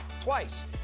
twice